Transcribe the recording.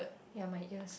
ya my ears